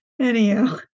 anyhow